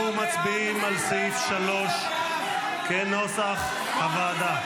אנחנו מצביעים על סעיף 3 כנוסח הוועדה.